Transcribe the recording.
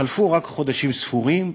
חלפו רק חודשים ספורים,